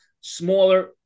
smaller